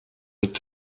mit